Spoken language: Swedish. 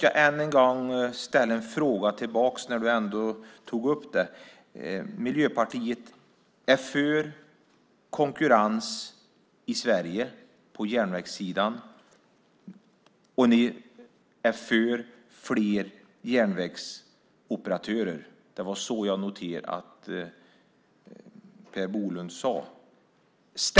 Jag har en kommentar till eftersom du tog upp det. Miljöpartiet är för konkurrens på järnvägssidan i Sverige, och ni är för fler järnvägsoperatörer. Jag noterade att Per Bolund sade så.